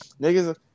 Niggas